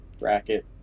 bracket